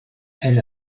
elle